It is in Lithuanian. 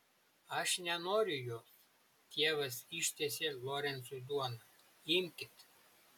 aš nenoriu jos tėvas ištiesė lorencui duoną imkit